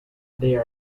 they